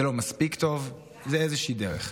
זה לא מספיק טוב, זו איזושהי דרך.